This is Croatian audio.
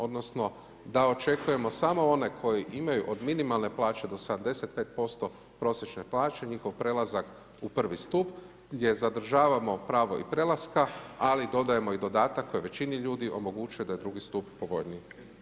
Odnosno, da očekujemo samo one koji imaju od minimalne plaće do 75% prosječene plaće, njihov prelazak u 1 stup gdje zadržavamo i pravo prelaska, ali dodajemo i dodatak, koji većini ljudi omogućuje da je drugi stup povoljniji.